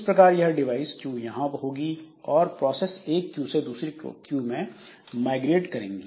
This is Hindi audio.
इस प्रकार यह डिवाइस क्यू यहां होगी और प्रोसेस एक क्यू से दूसरी क्यू में माइग्रेट करेंगी